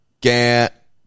Get